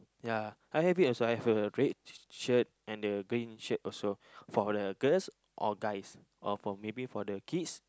ya I have it as well I have a red shirt and a green shirt also for the girls or guys or for maybe for the kids